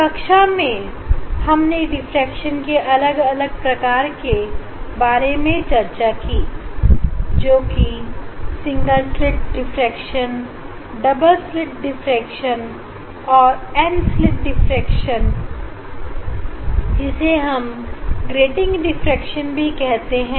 कक्षा में हमने डिफ्रेक्शन के अलग अलग प्रकार के बारे में चर्चा की जो कि single slit diffraction double slit diffraction और n स्लित डिफ्रेक्शन है जिसे हम ग्रीटिंग डिफ्रेक्शन भी कहते हैं